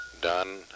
done